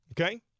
Okay